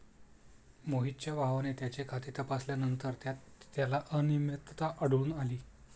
मोहितच्या भावाने त्याचे खाते तपासल्यानंतर त्यात त्याला अनियमितता आढळून आली